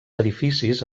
edificis